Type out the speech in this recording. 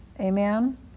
Amen